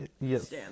Yes